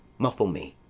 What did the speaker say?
muffle me,